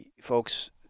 folks